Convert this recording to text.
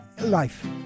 life